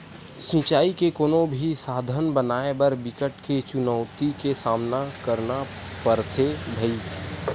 सिचई के कोनो भी साधन बनाए बर बिकट के चुनउती के सामना करना परथे भइर